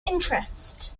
interest